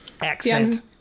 Accent